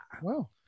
Wow